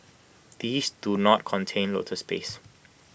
these do not contain lotus paste